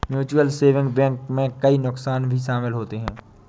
mutual saving bank में कई नुकसान भी शमिल होते है